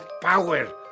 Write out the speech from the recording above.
power